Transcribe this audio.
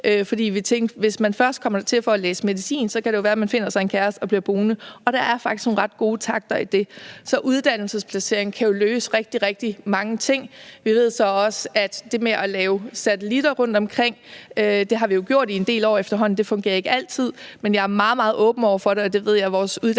at hvis man først kommer dertil for at læse medicin, kan det jo være, at man finder sig en kæreste og bliver boende, og der er faktisk nogle ret gode takter i det. Så uddannelsesplacering kan jo løse rigtig, rigtig mange ting. Vi ved så også, at det med at lave satellitter rundtomkring, det har vi jo gjort en del år efterhånden, fungerer ikke altid, men jeg er meget, meget åben over for det, og det ved jeg at vores uddannelsesordfører